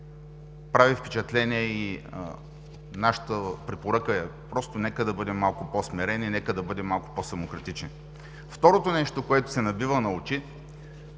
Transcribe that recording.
прави впечатление и нашата препоръка е: нека да бъдем малко по-смирени, нека да бъдем малко по-самокритични. Второто нещо, което се набива на очи